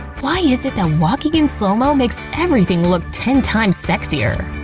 why is it that walking in slo-mo makes everything look ten times sexier?